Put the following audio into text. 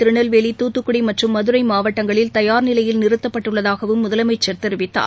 திருநெல்வேலி தூத்துக்குடிமற்றும் மதுரைமாவட்டங்களில் தயார் நிலையில் நிறுத்தப்பட்டுள்ளதாகவும் முதலமைச்சர் தெரிவித்தார்